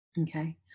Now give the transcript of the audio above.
Okay